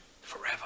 forever